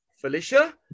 Felicia